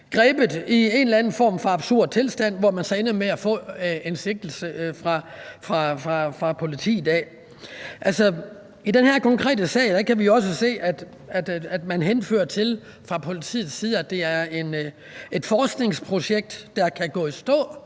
taget i en eller anden absurd situation, hvor man så ender med at blive sigtet af politiet. I den her konkrete sag kan vi se, at man fra politiets side henfører til, at det er et forskningsprojekt, der kan gå i stå,